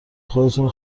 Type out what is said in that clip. خودتونو